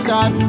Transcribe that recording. God